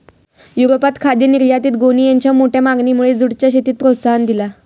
युरोपात खाद्य निर्यातीत गोणीयेंच्या मोठ्या मागणीमुळे जूटच्या शेतीक प्रोत्साहन दिला